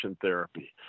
therapy